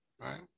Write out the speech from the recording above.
right